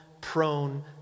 prone